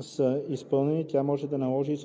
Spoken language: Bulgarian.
са изпълнени, тя може да наложи